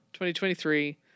2023